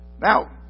Now